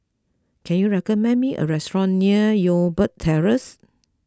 can you recommend me a restaurant near Youngberg Terrace